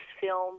film